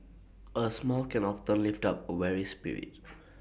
A smile can often lift up A weary spirit